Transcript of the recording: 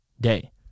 day